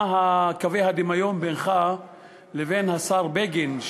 מה קווי הדמיון בינך לבין השר בגין,